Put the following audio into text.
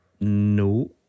No